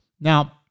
Now